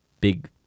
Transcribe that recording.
big